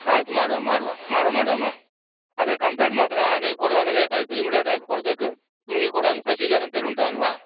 ಆಯ್ತು ಮಾಡುವ ಮಾಡುವ ಮಾಡುವ ಮೇಡಮ್ ಆದರೆ ಕಂಪ್ಲೇಂಟ್ ಮಾತ್ರ ನೀವು ಕೊಡುವಾಗ ಲೇಟ್ ಆಯಿತು ಇಮಿಡೇಟ್ ಆಗಿ ಕೊಡಬೇಕು ನಮಗೆ ಕೂಡ ಒಂದು ಪ್ರೊಸೀಜರ್ ಅಂತ ಹೇಳಿ ಉಂಟು ಅಲ್ಲವಾ